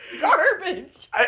Garbage